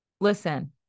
listen